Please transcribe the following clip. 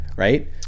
Right